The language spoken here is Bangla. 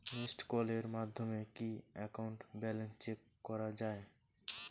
মিসড্ কলের মাধ্যমে কি একাউন্ট ব্যালেন্স চেক করা যায়?